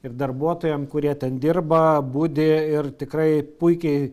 ir darbuotojam kurie ten dirba budi ir tikrai puikiai